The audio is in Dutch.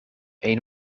een